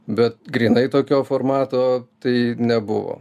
bet grynai tokio formato tai nebuvo